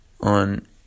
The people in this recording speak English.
on